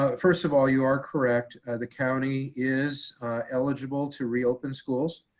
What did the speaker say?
ah first of all, you are correct. the county is eligible to reopen schools.